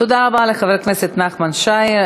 תודה רבה לחבר הכנסת נחמן שי.